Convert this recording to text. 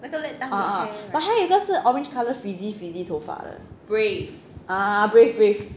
ah ah but 还有一个是 orange colour frizzy frizzy 头发的 ah brave brave